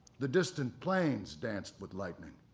the distant plains danced with lightning.